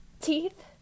teeth